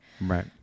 Right